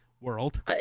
world